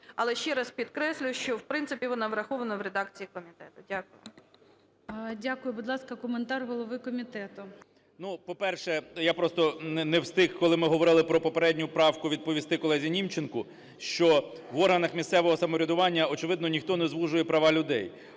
Але ще раз підкреслюю, що, в принципі, вона врахована в редакції комітету. Дякую. ГОЛОВУЮЧИЙ. Дякую. Будь ласка, коментар голови комітету. 16:35:45 КНЯЖИЦЬКИЙ М.Л. Ну, по-перше, я просто не встиг, коли ми говорили про попередню правку, відповісти колезі Німченку, що в органах місцевого самоврядування, очевидно, ніхто не звужує права людей.